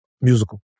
Musical